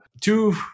Two